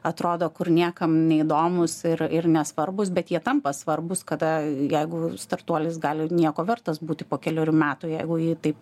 atrodo kur niekam neįdomūs ir ir nesvarbūs bet jie tampa svarbūs kada jeigu startuolis gali nieko vertas būti po kelerių metų jeigu jį taip